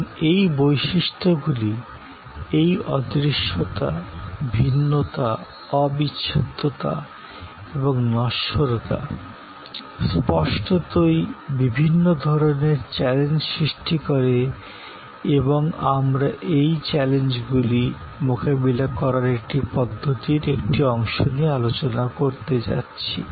এখন এই বৈশিষ্ট্যগুলি এই অদৃশ্যতা ভিন্নতা অবিচ্ছেদ্যতা এবং নশ্বরতা স্পষ্টতই বিভিন্ন ধরণের চ্যালেঞ্জ সৃষ্টি করে এবং আমরা আজ এই চ্যালেঞ্জগুলি মোকাবিলা করার একটি পদ্ধতির একটি অংশ নিয়ে আলোচনা করতে যাচ্ছি